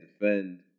defend